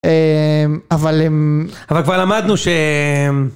אממ... אבל הם... אבל כבר למדנו שהם...